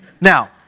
Now